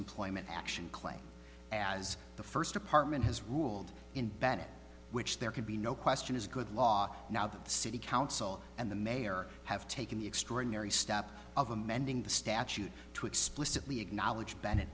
employment action claim as the first department has ruled in bennett which there can be no question is good law now that city council and the mayor have taken the extraordinary step of amending the statute to explicitly acknowledge bennett